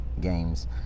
games